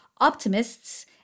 Optimists